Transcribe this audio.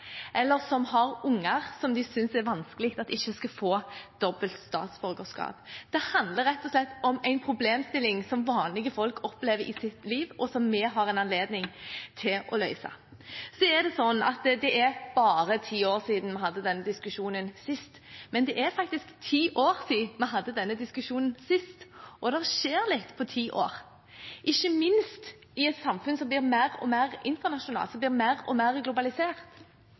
eller som har unger, som de synes er vanskelig at ikke skulle få dobbelt statsborgerskap. Det handler rett og slett om en problemstilling som vanlige folk opplever i sitt liv, og som vi har anledning til å løse. Så er det slik at det er «bare» ti år siden vi hadde den diskusjonen sist, men det er faktisk ti år siden vi hadde denne diskusjonen sist, og det skjer litt på ti år, ikke minst i et samfunn som blir mer og mer internasjonalt, mer og mer globalisert.